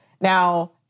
Now